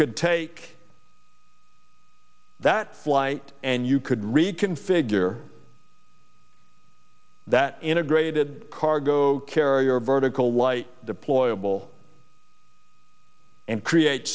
could take that flight and you could reconfigure that integrated cargo carrier vertical light deployable and create